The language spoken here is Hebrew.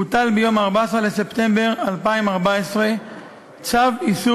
הוטל ביום 14 בספטמבר 2014 צו איסור